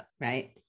right